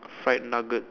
fried nuggets